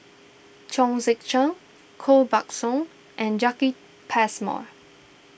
Chong Tze Chien Koh Buck Song and Jacki Passmore